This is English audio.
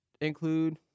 include